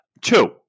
Two